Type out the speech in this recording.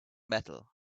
metal